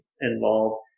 involved